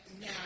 now